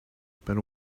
but